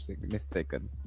mistaken